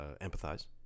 empathize